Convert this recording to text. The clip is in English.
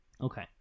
Okay